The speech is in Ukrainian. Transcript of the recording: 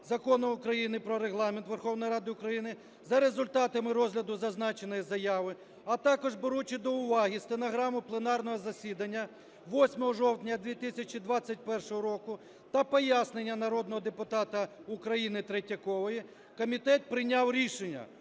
Закону України "Про Регламент Верховної Ради України" за результатами розгляду зазначеної заяви, а також беручи до уваги стенограму пленарного засідання 8 жовтня 2021 року та пояснення народного депутата України Третьякової, комітет прийняв рішення